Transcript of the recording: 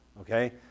okay